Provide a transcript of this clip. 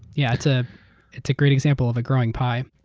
yeah it's ah it's a great example of a growing pie.